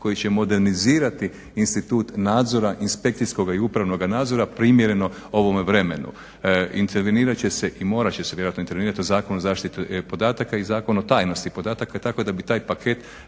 koji će modernizirati institut nadzora, inspekcijskoga i upravnoga nadzora primjereno ovome vremenu. Intervenirat će se i morat će se vjerojatno intervenirati u Zakon o zaštiti podataka i Zakon o tajnosti podataka tako da bi taj paket